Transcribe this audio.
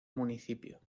municipio